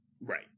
right